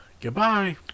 Goodbye